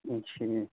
اچھے